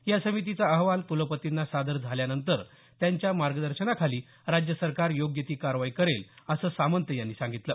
या समितीचा अहवाल कुलपतींना सादर झाल्यानंतर त्यांच्या मागदशेनाखाली राज्य सरकार योग्य ती कारवाई करेल असं सामंत यांनी सांगितलं